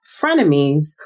frenemies